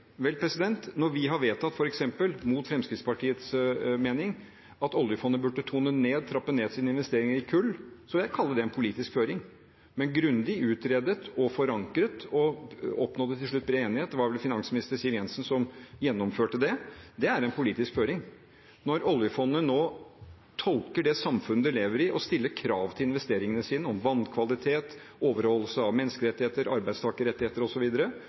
når vi har vedtatt f.eks. – mot Fremskrittspartiets mening – at oljefondet burde trappe ned sine investeringer i kull, så vil jeg kalle det en politisk føring, men det var grundig utredet og forankret og oppnådde til slutt bred enighet. Det var vel tidligere finansminister Siv Jensen som gjennomførte det. Det er en politisk føring. Når oljefondet nå tolker det samfunnet det lever i og stiller krav til investeringene sine om vannkvalitet, overholdelse av menneskerettigheter, arbeidstakerrettigheter